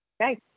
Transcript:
Okay